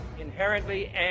inherently